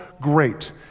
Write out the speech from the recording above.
great